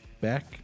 back